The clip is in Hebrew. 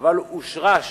אבל הושרש,